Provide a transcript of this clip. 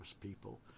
people